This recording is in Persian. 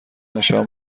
نشان